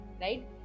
right